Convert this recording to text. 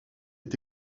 est